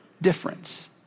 difference